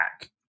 back